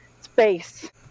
space